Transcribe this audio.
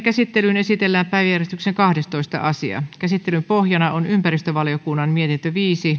käsittelyyn esitellään päiväjärjestyksen kahdestoista asia käsittelyn pohjana on ympäristövaliokunnan mietintö viisi